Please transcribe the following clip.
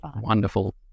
wonderful